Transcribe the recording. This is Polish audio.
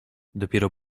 dopiero